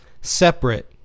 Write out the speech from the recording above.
separate